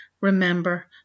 Remember